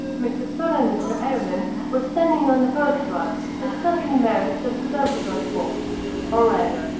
mr thorne and mr arabin were standing on the hearth-rug, discussing the merits of the beelzebub colt or rather,